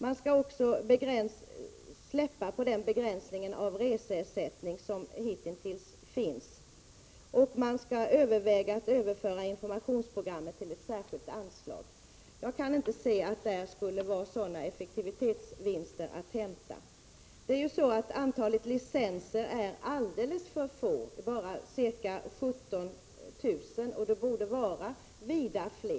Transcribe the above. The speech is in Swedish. Man skall också släppa på nuvarande begränsning av reseersättning. Dessutom skall man överväga att överföra informationsprogrammet till ett särskilt anslag. Jag kan inte se att det skulle finnas några effektivitetsvinster att hämta med detta. Licenserna är alldeles för få, bara ca 17 000, och borde vara vida fler.